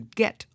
get